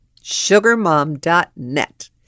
Sugarmom.net